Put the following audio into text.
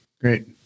Great